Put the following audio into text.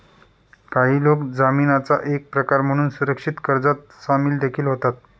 काही लोक जामीनाचा एक प्रकार म्हणून सुरक्षित कर्जात सामील देखील होतात